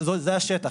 זה השטח.